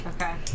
Okay